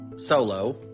solo